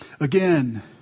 Again